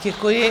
Děkuji.